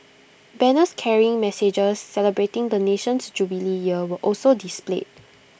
banners carrying messages celebrating the nation's jubilee year were also displayed